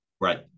right